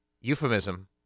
euphemism